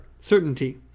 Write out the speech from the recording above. Certainty